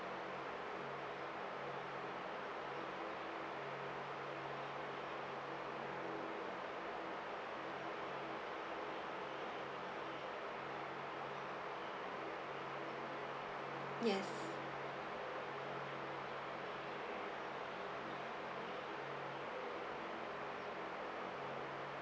yes